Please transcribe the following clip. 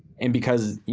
and because, you